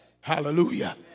Hallelujah